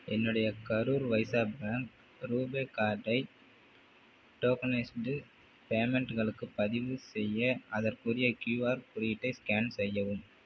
என்னுடைய Karur Vysya bank RuPay கார்டை tokenised பேமெண்ட்களுக்கு பதிவு செய்ய அதற்குரிய க்யூஆர் குறியீட்டை ஸ்கேன் செய்யவும்